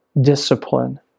discipline